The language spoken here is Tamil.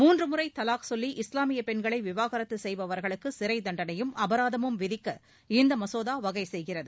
மூன்று முறை தலாக் சொல்லி இஸ்லாமியப் பெண்களை விவாகரத்து செய்பவர்களுக்கு சிறை தண்டனையும் அபராதமும் விதிக்க இம்மசோதா வகை செய்கிறது